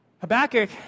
Habakkuk